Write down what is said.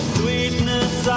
sweetness